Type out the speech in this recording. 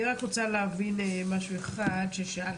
אני רק רוצה להבין משהו אחד ששאלתי: